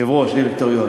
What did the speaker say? יושב-ראש הדירקטוריון.